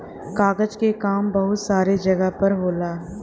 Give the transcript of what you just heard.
कागज क काम बहुत सारे जगह पर होला